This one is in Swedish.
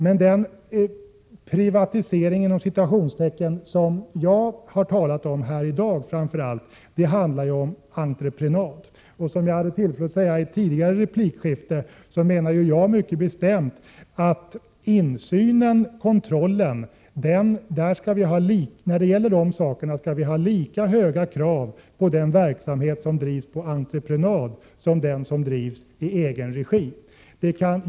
Men den ”privatisering” som jag har talat om här i dag handlar om verksamhet på entreprenad. Som jag hade tillfälle att säga i ett tidigare replikskifte menar jag mycket bestämt att vi när det gäller insyn och kontroll skall ställa lika stora krav på den verksamhet som drivs på entreprenad som på den som bedrivs i egen regi.